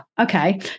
okay